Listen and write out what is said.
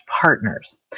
partners